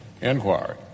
inquiry